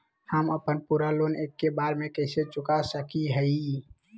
हम अपन पूरा लोन एके बार में कैसे चुका सकई हियई?